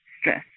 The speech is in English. stress